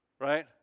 Right